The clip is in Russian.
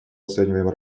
оцениваем